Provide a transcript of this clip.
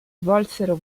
svolsero